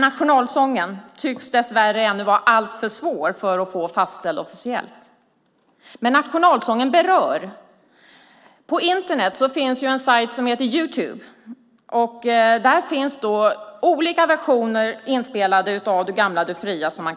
Nationalsången tycks dessvärre ännu vara alltför svår att få fastställd officiellt. Nationalsången berör dock. På Internet finns sajten Youtube. Där kan man lyssna på olika versioner av Du gamla, du fria .